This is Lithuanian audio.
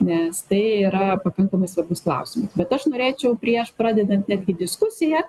nes tai yra pakankamai svarbus klausimas bet aš norėčiau prieš pradedant netgi diskusiją